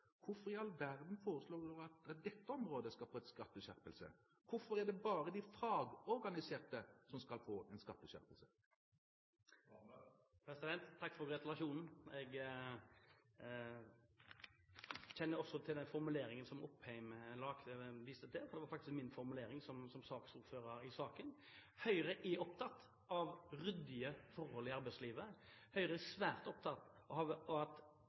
hvorfor i all verden han foreslår at dette området skal få en skatteskjerpelse. Hvorfor er det bare de fagorganiserte som skal få en skatteskjerpelse? Takk for gratulasjonen. Jeg kjenner til den formuleringen som Opheim viser til. Det var faktisk min formulering som saksordfører i saken. Høyre er opptatt av ryddige forhold i arbeidslivet. Høyre er svært opptatt av at